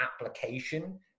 application